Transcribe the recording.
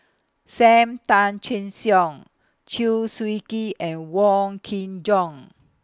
SAM Tan Chin Siong Chew Swee Kee and Wong Kin Jong